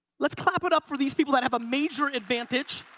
let's clap it up for these people that have a major advantage.